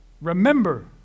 Remember